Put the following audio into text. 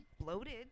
bloated